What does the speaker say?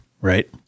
right